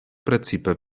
precipe